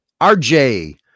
RJ